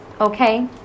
Okay